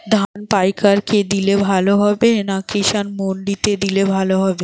ধান পাইকার কে দিলে ভালো হবে না কিষান মন্ডিতে দিলে ভালো হবে?